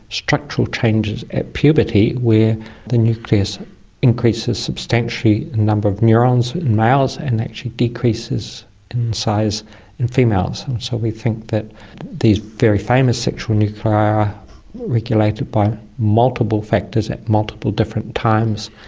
structural changes at puberty where the nucleus increases substantially the number of neurons in males and actually decreases in size in females. and so we think that these very famous sexual nuclei are regulated by multiple factors at multiple different times,